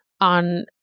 on